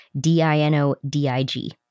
D-I-N-O-D-I-G